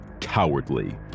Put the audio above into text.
Cowardly